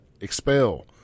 Expel